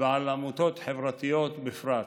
ועל עמותות חברתיות בפרט.